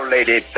Lady